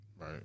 Right